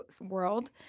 world